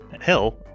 hell